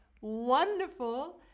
wonderful